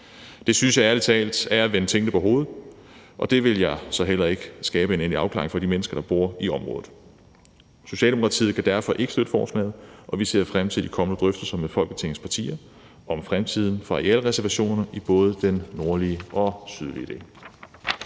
Det synes jeg ærlig talt er at vende tingene på hovedet, og det vil heller ikke skabe en endelig afklaring for de mennesker, der bor i området. Socialdemokratiet kan derfor ikke støtte forslaget, og vi ser frem til de kommende drøftelser med Folketingets partier om fremtiden for arealreservationerne i både den nordlige og sydlige del.